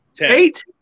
eight